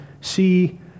see